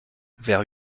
vers